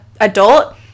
adult